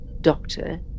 doctor